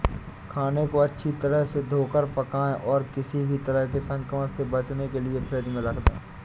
खाने को अच्छी तरह से धोकर पकाएं और किसी भी तरह के संक्रमण से बचने के लिए फ्रिज में रख दें